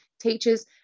teachers